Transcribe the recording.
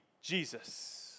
Jesus